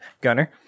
Gunner